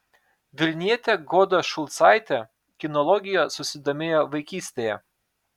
vilnietė goda šulcaitė kinologija susidomėjo vaikystėje